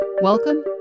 Welcome